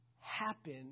happen